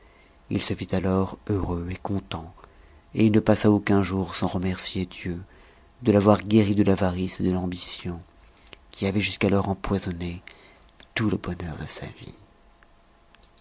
il se vit alors heureux et content et il ne passa aucun jour sans remercier dieu de l'avoir guéri de l'avarice et de l'ambition qui avaient jusqu'alors empoisonné tout le bonheur de sa vie